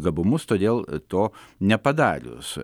gabumus todėl to nepadarius